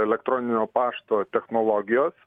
elektroninio pašto technologijos